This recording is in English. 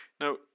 Now